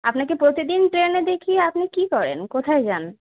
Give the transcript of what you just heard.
আপনাকে প্রতিদিন ট্রেনে দেখি আপনি কী করেন কোথায় যান